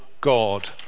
God